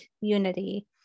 unity